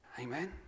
amen